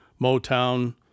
Motown